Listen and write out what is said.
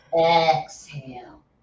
Exhale